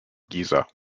giza